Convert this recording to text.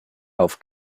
auf